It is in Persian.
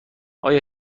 آیا